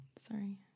Sorry